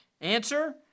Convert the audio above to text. Answer